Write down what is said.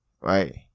right